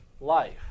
life